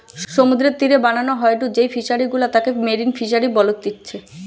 সমুদ্রের তীরে বানানো হয়ঢু যেই ফিশারি গুলা তাকে মেরিন ফিসারী বলতিচ্ছে